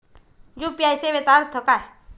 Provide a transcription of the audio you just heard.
UPI सेवेचा अर्थ काय?